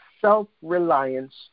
self-reliance